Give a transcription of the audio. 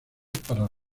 para